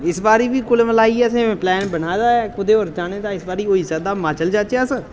इस बारी बी कुल मलाइयै असें प्लान बनाए दा ऐ कुतै होर जाने दा इस बारी होई सकदा म्हाचल जाचै अस